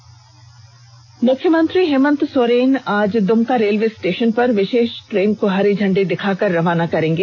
आज मुख्यमंत्री Hemant Soren Dumka railway station पर विषेष ट्रेन को हरी झंडी दिखाकर रवाना करेंगे